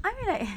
I mean like